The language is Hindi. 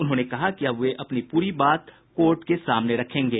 उन्होंने कहा कि अब वे अपनी पूरी बात कोर्ट के सामने रखेंगे